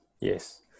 Yes